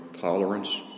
tolerance